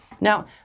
Now